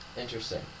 Interesting